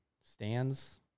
stands